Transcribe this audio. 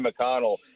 McConnell